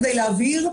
כדי להבהיר,